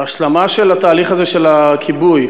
ההשלמה של התהליך הזה של הכיבוי,